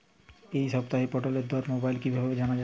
এই সপ্তাহের পটলের দর মোবাইলে কিভাবে জানা যায়?